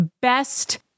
Best